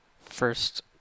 first